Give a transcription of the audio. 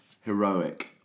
Heroic